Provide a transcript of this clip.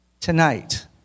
tonight